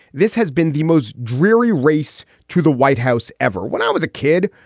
this has been the most dreary race to the white house ever. when i was a kid,